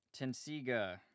Tensiga